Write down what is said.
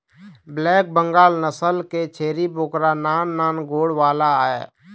black Bengal नसल के छेरी बोकरा नान नान गोड़ वाला आय